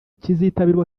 kizitabirwa